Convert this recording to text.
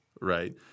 right